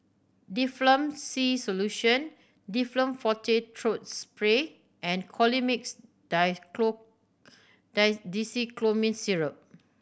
Difflam C Solution Difflam Forte Throat Spray and Colimix Dicyclomine Syrup